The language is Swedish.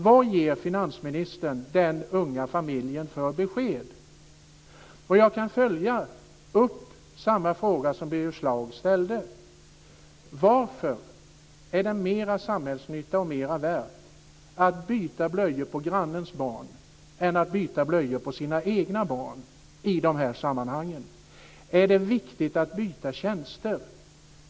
Vad ger finansministern den unga familjen för besked? Jag kan följa upp den fråga som Birger Schlaug ställde: Varför är det mera samhällsnytta och mera värt att byta blöjor på grannens barn än att byta blöjor på sina egna barn i de här sammanhangen? Är det viktigt att byta tjänster?